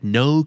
no